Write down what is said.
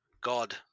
god